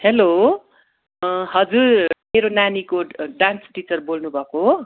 hello हजुर मेरो नानीको डान्स टिचर बोल्नु भएको हो